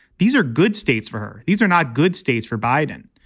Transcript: these are good states for her. these are not good states for biden.